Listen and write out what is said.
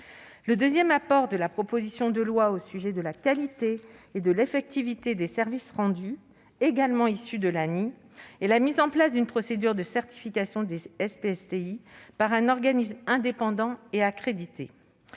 Le deuxième apport de la proposition de loi au sujet de la qualité et de l'effectivité des services rendus, également issu de l'ANI, est la mise en place d'une procédure de certification des SPSTI par un organisme indépendant et accrédité.